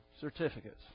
certificates